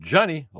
Johnny